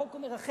החוק אומר אחרת,